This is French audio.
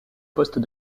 poste